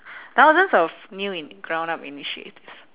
thousands of in ground up initiatives